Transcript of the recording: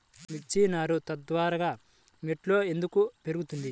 మిర్చి నారు త్వరగా నెట్లో ఎందుకు పెరుగుతుంది?